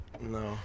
No